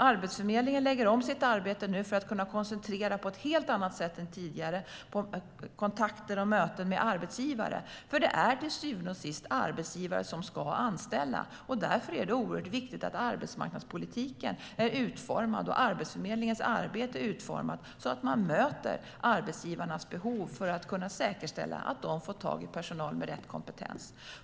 Arbetsförmedlingen lägger nu om sitt arbete för att på ett helt annat sätt än tidigare kunna koncentrera sig på kontakter och möten med arbetsgivare, för det är till syvende och sist arbetsgivare som ska anställa. Därför är det oerhört viktigt att arbetsmarknadspolitiken och Arbetsförmedlingens arbete utformas så att man möter arbetsgivarnas behov, för att kunna säkerställa att de får tag i personal med rätt kompetens.